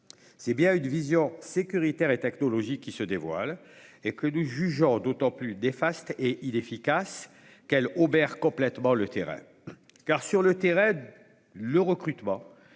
C'est bien une vision sécuritaire et technologique qui se dévoile et que nous jugeons d'autant plus néfaste et inefficace qu'elle obère complètement la réalité du terrain, où le recrutement